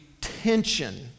tension